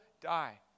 die